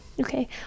okay